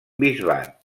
bisbat